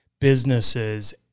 businesses